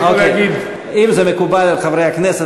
אם זה מקובל על חברי הכנסת,